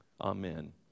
Amen